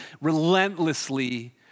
relentlessly